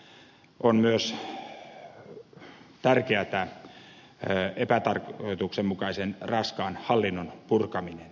on myös tärkeätä epätarkoituksenmukaisen raskaan hallinnon purkaminen